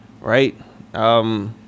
Right